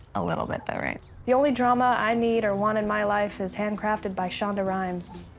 a little bit, though, right? the only drama i need or want in my life is handcrafted by shonda rhimes.